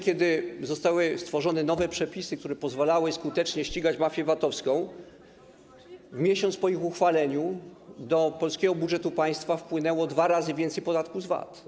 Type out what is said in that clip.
Kiedy zostały stworzone nowe przepisy, które pozwalały skutecznie ścigać mafię VAT-owską, w miesiąc po ich uchwaleniu do polskiego budżetu państwa wpłynęło dwa razy więcej podatku VAT.